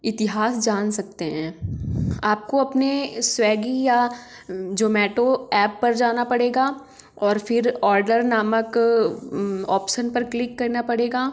इतिहास जान सकते हैं आपको अपने स्वेगी या जोमेटो एप पर जाना पड़ेगा और फिर ऑडर नामक ऑप्सन पर क्लिक करना पड़ेगा